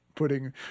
putting